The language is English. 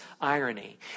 irony